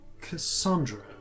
Cassandra